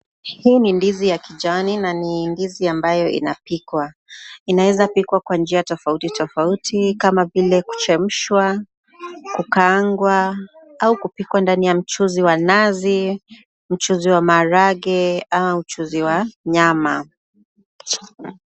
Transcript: Hii ni ndizi ya kijani na ni ndizi ambayo inapikwa. Inaeza pikwa kwa njia tofauti tofauti kama vile kuchemshwa, kukaangwa au kupikwa ndani ya mchuzi wa nazi, mchuzi wa maharange au mchuzi wa nyama.